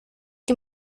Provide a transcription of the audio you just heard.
que